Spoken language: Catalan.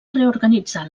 reorganitzar